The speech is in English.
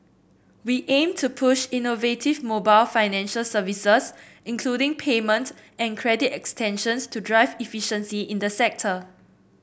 we aim to push innovative mobile financial services including payment and credit extensions to drive efficiency in the sector